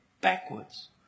backwards